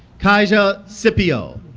caziah scipio